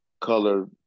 color